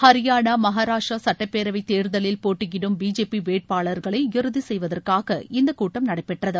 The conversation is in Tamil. ஹரியானா மகாராஷ்டிரா சட்டப்பேரவை தேர்தலில் போட்யிடும் பிஜேபி வேட்பாளர்களை இறுதி செய்வதற்காக இந்த கூட்டம் நடைபெற்றது